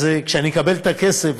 אז כאשר אני אקבל את הכסף,